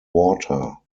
water